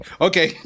Okay